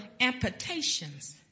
amputations